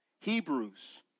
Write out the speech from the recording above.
Hebrews